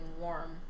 warm